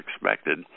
expected